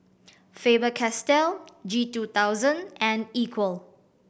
Faber Castell G two thousand and Equal